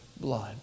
blood